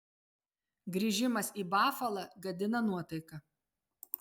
grįžimas į bafalą gadina nuotaiką